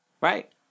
Right